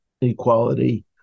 equality